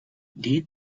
did